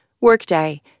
Workday